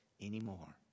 anymore